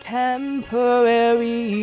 temporary